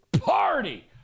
party